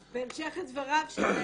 בהמשך לדבריו של ברושי,